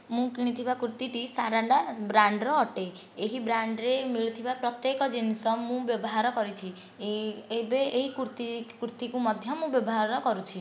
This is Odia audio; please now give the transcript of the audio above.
ମୁଁ କିଣିଥିବା କୁର୍ତ୍ତୀଟି ସାରାରା ବ୍ରାଣ୍ଡର ଅଟେ ଏହି ବ୍ରାଣ୍ଡରେ ମିଳୁଥିବା ପ୍ରତ୍ୟେକ ଜିନିଷ ମୁଁ ବ୍ୟବହାର କରିଛି ଏବେ ଏହି କୁର୍ତ୍ତୀ କୁର୍ତ୍ତୀକୁ ମଧ୍ୟ ମୁଁ ବ୍ୟବହାର କରୁଛି